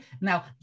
Now